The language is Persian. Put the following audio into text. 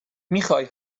میخای